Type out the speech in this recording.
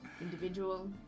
individual